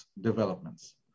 developments